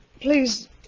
please